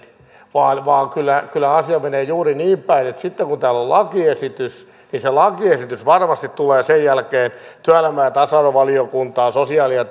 vaan vaan kyllä kyllä asia menee juuri niinpäin että sitten kun täällä on lakiesitys se lakiesitys varmasti tulee sen jälkeen työelämä ja tasa arvovaliokuntaan sosiaali ja